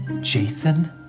Jason